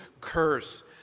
curse